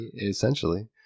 Essentially